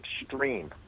extreme